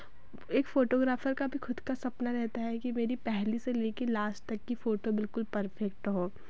एक फ़ोटोग्राफ़र का भी खुद का सपना रहता है कि मेरी पहली से लेकर लास्ट तक की फ़ोटो बिल्कुल परफेक्ट हो